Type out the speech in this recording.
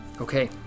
Okay